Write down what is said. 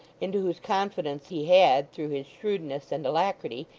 into whose confidence he had, through his shrewdness and alacrity,